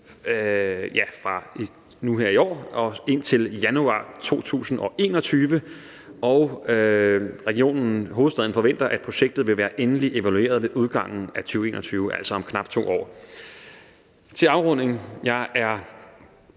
fra nu her i år og indtil januar 2021, og Region Hovedstaden forventer, at projektet vil være endeligt evalueret ved udgangen af 2021, altså om knap 2 år. Til afrunding: Jeg er